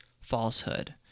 falsehood